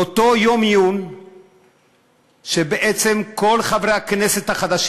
באותו יום עיון היו כל חברי הכנסת החדשים